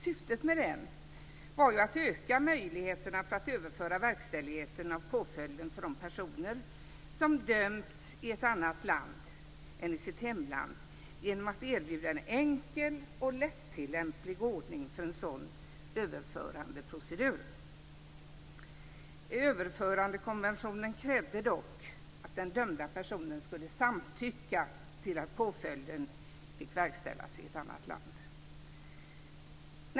Syftet med den var ju att öka möjligheterna att överföra verkställigheten av påföljden för personer som dömts i annat land än sitt hemland genom att erbjuda en enkel och lättillämplig ordning för en sådan överförandeprocedur. Överförandekonventionen krävde dock att den dömde personen skulle samtycka till att påföljden fick verkställas i ett annat land.